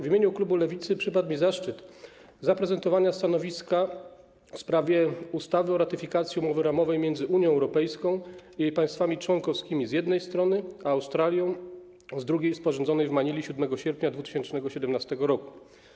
W imieniu klubu Lewicy przypadł mi zaszczyt zaprezentowania stanowiska w sprawie ustawy o ratyfikacji Umowy ramowej między Unią Europejską i jej państwami członkowskimi, z jednej strony, a Australią, z drugiej, sporządzonej w Manili dnia 7 sierpnia 2017 r.